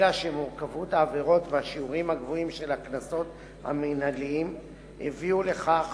אלא שמורכבות העבירות והשיעורים הגבוהים של הקנסות המינהליים הביאו לכך